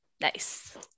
Nice